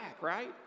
right